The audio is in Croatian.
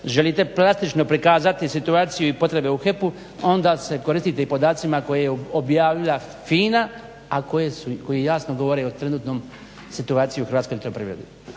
želite plastično prikazati situaciju i potrebe u HEP-u onda se koristite podacima koje je objavila FINA a koji jasno govore o trenutnoj situaciji u Hrvatskoj elektroprivredi.